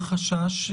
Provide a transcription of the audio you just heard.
מה החשש?